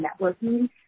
networking